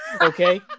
Okay